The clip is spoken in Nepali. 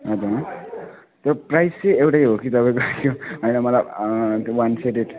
हजुर त्यो प्राइस चाहिँ एउटै हो कि तपाईँको त्यो होइन मतलब वन बेडेड